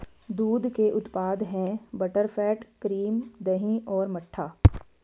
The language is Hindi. दूध के उत्पाद हैं बटरफैट, क्रीम, दही और मट्ठा